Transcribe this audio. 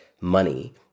money